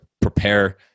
prepare